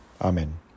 Amen